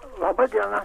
laba diena